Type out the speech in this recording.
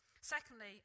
Secondly